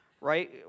right